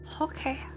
Okay